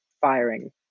firing